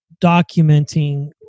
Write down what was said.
documenting